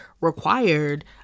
required